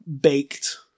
baked